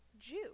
Jew